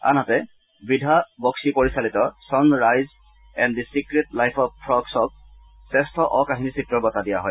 আনহাতে বিধা বঙ্গি পৰিচালিত sun rise and the secret life of ফ্ৰগছক শ্ৰেষ্ঠ অ কাহিনীচিত্ৰৰ বঁটা দিয়া হয়